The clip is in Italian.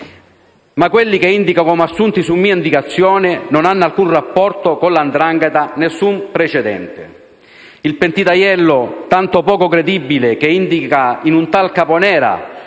Ma quelli che indica come assunti su mia indicazione non hanno alcun rapporto con la 'ndrangheta, nessun precedente. Il pentito Aiello, tanto poco credibile che indica in un tal Caponera